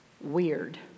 weird